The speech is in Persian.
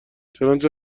چنانچه